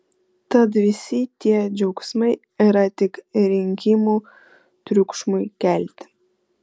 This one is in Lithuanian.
tad visi tie džiaugsmai yra tik rinkimų triukšmui kelti